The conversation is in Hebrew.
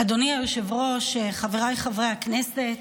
אדוני היושב-ראש, חבריי חברי הכנסת,